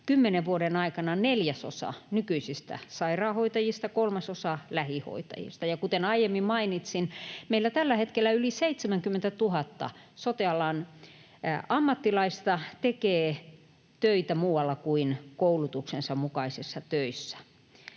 kymmenen vuoden aikana neljäsosa nykyisistä sairaanhoitajista ja kolmasosa lähihoitajista, ja kuten aiemmin mainitsin, meillä tällä hetkellä yli 70 000 sote-alan ammattilaista tekee töitä muualla kuin koulutuksensa mukaisissa töissä,